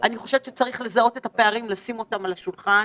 אני חושבת שצריך לזהות את הפערים ולשים אותם על השולחן,